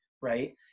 right